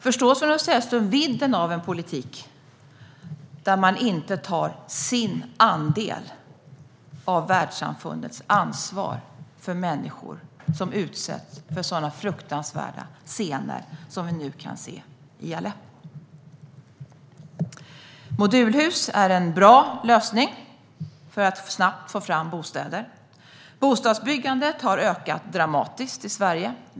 Förstår Sven-Olof Sällström vidden av en politik där man inte tar sin andel av världssamfundets ansvar för människor som utsätts för sådana fruktansvärda scener som vi nu kan se i Aleppo? Modulhus är en bra lösning för att snabbt få fram bostäder. Bostadsbyggandet har ökat dramatiskt i Sverige.